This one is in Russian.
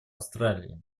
австралии